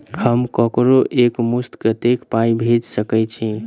हम ककरो एक मुस्त कत्तेक पाई भेजि सकय छी?